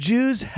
Jews